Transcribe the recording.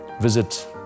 visit